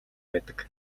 байдаг